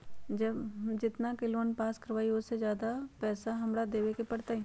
हम जितना के लोन पास कर बाबई ओ से ज्यादा पैसा हमरा देवे के पड़तई?